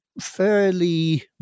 fairly